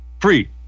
free